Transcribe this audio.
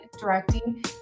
directing